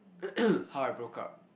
how I broke up